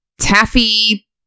taffy